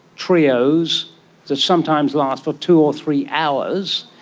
trios that sometimes last for two or three hours.